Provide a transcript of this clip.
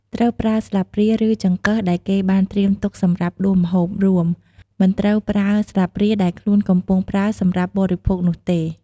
ត្រូវប្រើស្លាបព្រា ឬចង្កឹះដែលគេបានត្រៀមទុកសម្រាប់ដួសម្ហូបរួម មិនត្រូវប្រើស្លាបព្រាដែលខ្លួនកំពុងប្រើសម្រាប់បរិភោគនោះទេ។